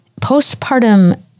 postpartum